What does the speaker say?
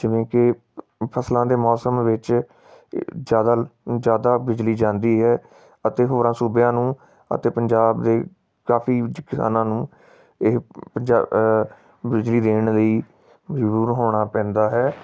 ਜਿਵੇਂ ਕਿ ਫਸਲਾਂ ਦੇ ਮੌਸਮ ਵਿੱਚ ਜ਼ਿਆਦਾ ਜ਼ਿਆਦਾ ਬਿਜਲੀ ਜਾਂਦੀ ਹੈ ਅਤੇ ਹੋਰਾਂ ਸੂਬਿਆਂ ਨੂੰ ਅਤੇ ਪੰਜਾਬ ਦੇ ਕਾਫੀ ਕਿਸਾਨਾਂ ਨੂੰ ਇਹ ਬਿਜਲੀ ਦੇਣ ਲਈ ਮਜਬੂਰ ਹੋਣਾ ਪੈਂਦਾ ਹੈ